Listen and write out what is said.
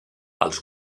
als